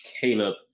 Caleb